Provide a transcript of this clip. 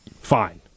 Fine